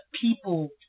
people